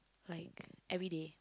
like everyday